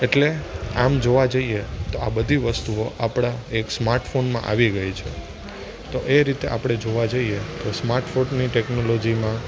એટલે આમ જોવા જઈએ તો આ બધી વસ્તુઓ આપણા એક સ્માર્ટફોનમાં આવી ગઈ છે તો એ રીતે આપણે જોવા જઈએ તો સ્માર્ટફોનની ટેક્નોલોજીમાં